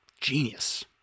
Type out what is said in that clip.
genius